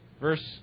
Verse